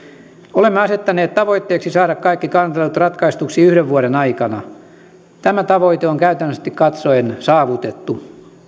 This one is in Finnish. olemme asettaneet tavoitteeksi saada kaikki kantelut ratkaistuksi yhden vuoden aikana tämä tavoite on käytännöllisesti katsoen saavutettu